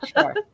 sure